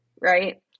right